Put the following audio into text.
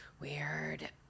Weird